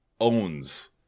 owns